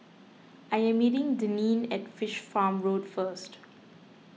I am meeting Deneen at Fish Farm Road first